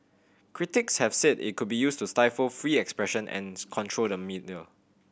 critics have said it could be used to stifle free expression and control the media